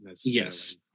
Yes